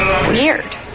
Weird